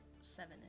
seven